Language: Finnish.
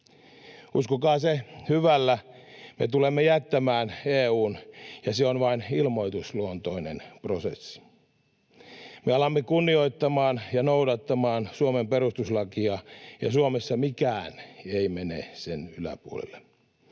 Uskokaa se hyvällä, me tulemme jättämään EU:n, ja se on vain ilmoitusluontoinen prosessi. Me alamme kunnioittamaan ja noudattamaan Suomen perustuslakia, ja Suomessa mikään ei mene sen yläpuolelle.